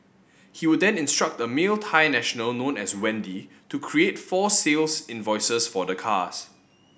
he would then instruct a male Thai national known as Wendy to create false sales invoices for the cars